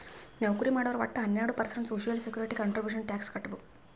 ನೌಕರಿ ಮಾಡೋರು ವಟ್ಟ ಹನ್ನೆರಡು percent social security contribution tax ಕಟ್ಬೇಕ್